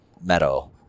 meadow